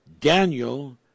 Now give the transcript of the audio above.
Daniel